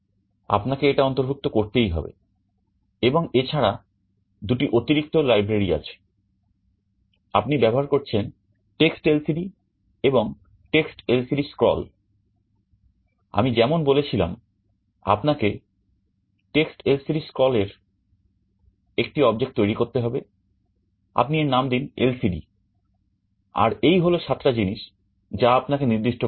আপনাকে এটা অন্তর্ভুক্ত করতেই হবে এবং এছাড়া দুটি অতিরিক্ত লাইব্রেরী আছে আপনি ব্যবহার করছেন TextLCD এবং TextLCDScroll আমি যেমন বলেছিলাম আপনাকে TextLCDScroll এর একটি object তৈরি করতে হবে আপনি এর নাম দিন এলসিডি আর এই হল সাত টা জিনিস যা আপনাকে নির্দিষ্ট করে দিতে হবে